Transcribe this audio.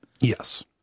yes